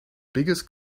biggest